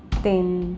ਤਿੰਨ